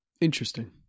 Interesting